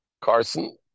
Carson